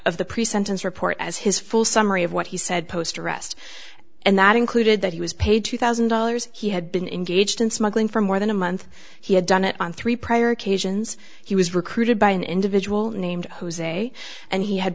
of the pre sentence report as his full summary of what he said post arrest and that included that he was paid two thousand dollars he had been engaged in smuggling for more than a month he had done it on three prior occasions he was recruited by an individual named jose and he had